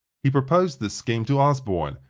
he proposed this scheme to osborne,